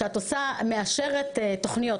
כשאת מאשרת תוכניות,